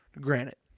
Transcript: Granite